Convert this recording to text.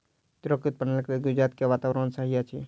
तूरक उत्पादनक लेल गुजरात के वातावरण सही अछि